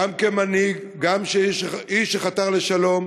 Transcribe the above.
גם כמנהיג, גם כאיש שחתר לשלום.